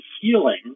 healing